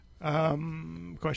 Question